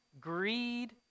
greed